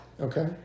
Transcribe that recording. Okay